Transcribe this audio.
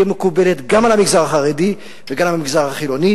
מקובלת גם על המגזר החרדי וגם על המגזר החילוני,